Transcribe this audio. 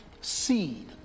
seed